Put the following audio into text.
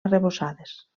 arrebossades